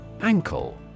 Ankle